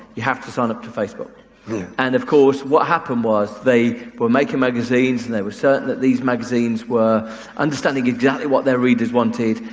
you have to sign up for facebook and of course, what happened was they were making magazines and they were certain that these magazines were understanding exactly what their readers wanted.